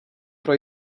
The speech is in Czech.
pro